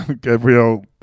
Gabriel